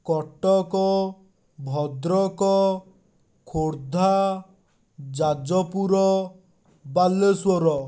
Cuttack Bhadrak Khordha Jajpur Baleswar